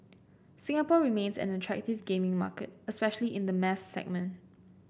Singapore remains an attractive gaming market especially in the mass segment